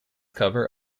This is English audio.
cover